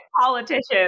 politicians